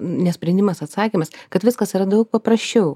ne sprendimas atsakymas kad viskas yra daug paprasčiau